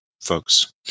folks